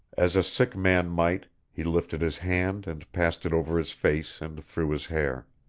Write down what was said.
as a sick man might, he lifted his hand and passed it over his face and through his hair.